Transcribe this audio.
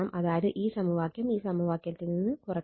അതായത് ഈ സമവാക്യം ഈ സമവാക്യത്തിൽ നിന്ന് കുറക്കണം